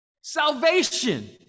Salvation